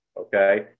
Okay